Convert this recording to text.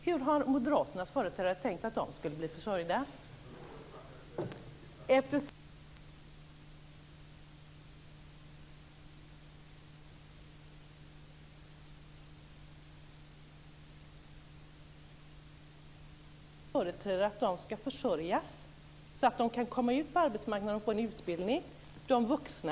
Hur har Moderaternas företrädare tänkt att de ska bli försörjda? Hur ska de få en utbildning och komma ut på arbetsmarknaden som vuxna?